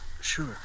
Sure